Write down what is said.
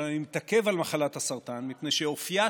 אבל אני מתעכב על מחלת הסרטן מפני שאופייה